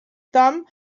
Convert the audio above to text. tam